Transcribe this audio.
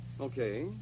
Okay